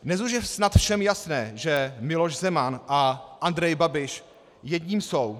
Dnes už je snad všem jasné, že Miloš Zeman a Andrej Babiš jedni jsou.